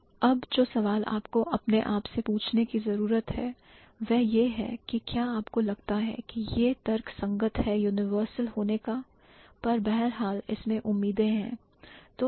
तो अब जो सवाल आपको अपने आप से पूछने की जरूरत है वह यह है की क्या आपको लगता है कि यह तर्कसंगत है universal होने का पर बाहरहाल इसमें उम्मीदें हैं